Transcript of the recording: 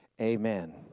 Amen